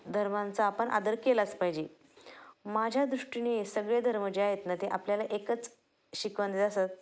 धर्मांचा आपण आदर केलाच पाहिजे माझ्या दृष्टीने सगळे धर्म जे आहेत ना ते आपल्याला एकच शिकवण दे असत